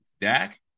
Dak